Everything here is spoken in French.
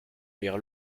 lire